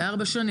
בארבע שנים.